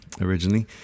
originally